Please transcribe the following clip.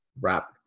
wrap